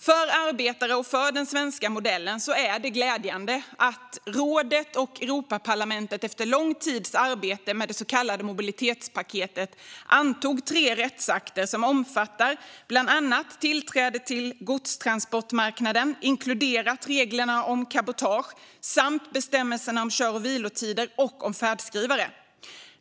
För arbetare och för den svenska modellen var det glädjande att rådet och Europaparlamentet efter lång tids arbete med det så kallade mobilitetspaketet antog tre rättsakter som omfattar bland annat tillträdet till godstransportmarknaden, inkluderat reglerna om cabotage, samt bestämmelserna om kör och vilotider och om färdskrivare.